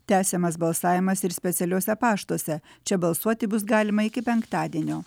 tęsiamas balsavimas ir specialiuose paštuose čia balsuoti bus galima iki penktadienio